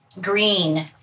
Green